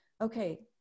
okay